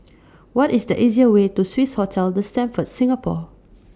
What IS The easier Way to Swissotel The Stamford Singapore